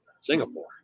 Singapore